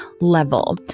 level